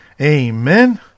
Amen